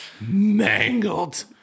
mangled